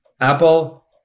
Apple